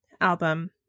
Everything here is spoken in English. album